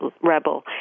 rebel